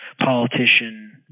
Politician